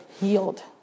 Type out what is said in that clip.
healed